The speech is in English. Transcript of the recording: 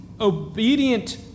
obedient